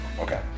Okay